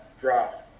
draft